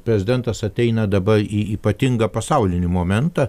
prezidentas ateina dabar į ypatingą pasaulinį momentą